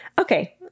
Okay